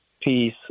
peace